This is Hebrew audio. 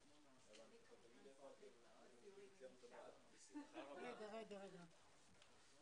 לכן בואו נדבר על לשפר ולהשוות, ואנחנו